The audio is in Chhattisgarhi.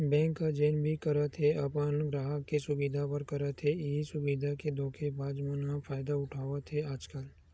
बेंक ह जेन भी करत हे अपन गराहक के सुबिधा बर करत हे, इहीं सुबिधा के धोखेबाज मन ह फायदा उठावत हे आजकल